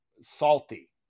salty